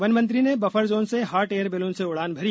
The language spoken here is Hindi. वन मंत्री ने बफर जोन से हाट एयर वैलून से उडान भरी